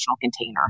container